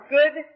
Good